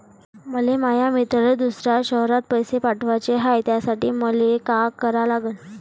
मले माया मित्राले दुसऱ्या शयरात पैसे पाठवाचे हाय, त्यासाठी मले का करा लागन?